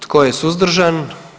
Tko je suzdržan?